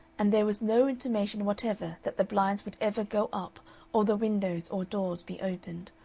and there was no intimation whatever that the blinds would ever go up or the windows or doors be opened,